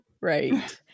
Right